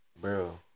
bro